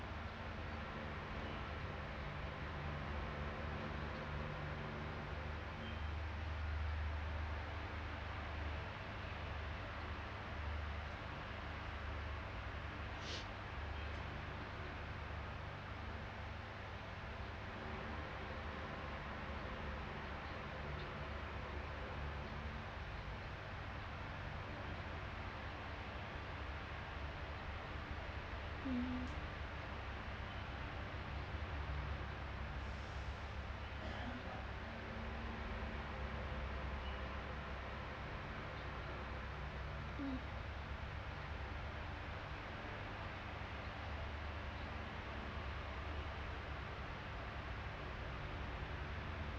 um uh